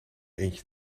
eentje